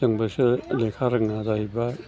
जोंबोसो लेखा रोङा जाहैबाय